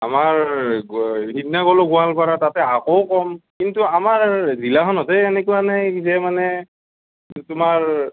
আমাৰ সিদিনা গ'লোঁ গোৱালপাৰা তাতে আকৌ কম কিন্তু আমাৰ জিলাখনতহে এনেকুৱা নে যে মানে তোমাৰ